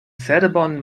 cerbon